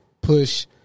Push